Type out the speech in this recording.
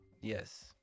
yes